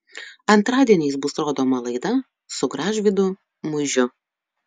antradieniais bus rodoma laida su gražvydu muižiu